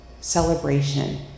celebration